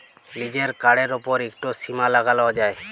লিজের কাড়ের উপর ইকট সীমা লাগালো যায়